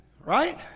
Right